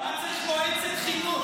מועצת חינוך,